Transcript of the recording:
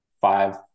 five